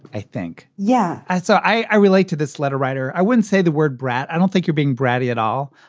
i think yeah, i saw i relate to this letter writer. i wouldn't say the word brat. i don't think you're being bratty at all.